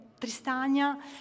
Tristania